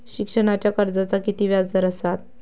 शिक्षणाच्या कर्जाचा किती व्याजदर असात?